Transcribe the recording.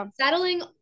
settling